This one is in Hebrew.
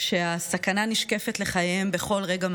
שסכנה נשקפת לחייהם ממש בכל רגע,